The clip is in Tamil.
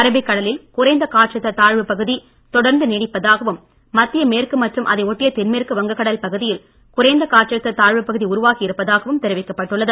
அரபிக் கடலில் குறைந்த காற்றழுத்த தாழ்வுப் பகுதி தொடர்ந்து நீடிப்பதாகவும் மத்திய மேற்கு மற்றும் அதை ஒட்டிய தென்மேற்கு வங்க கடல் பகுதியில் குறைந்த காற்றழுத்த தெரிவிக்கப்பட்டுள்ளது